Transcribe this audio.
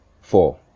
four